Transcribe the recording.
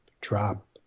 drop